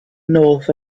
north